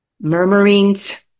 murmurings